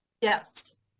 Yes